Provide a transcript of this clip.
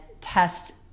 test